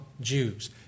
Jews